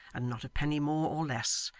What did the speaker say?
and not a penny more or less,